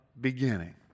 beginning